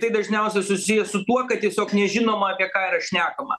tai dažniausiai susiję su tuo kad tiesiog nežinoma apie ką yra šnekama